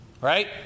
Right